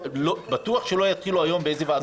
בטוח שלא יתחילו היום בוועדות.